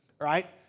right